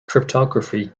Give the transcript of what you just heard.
cryptography